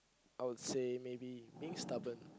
I would say maybe being stubborn